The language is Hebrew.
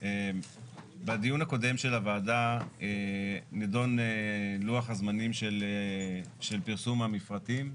בדיון הקודם של הוועדה נדון לוח זמנים של פרסום המפרטים.